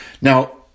Now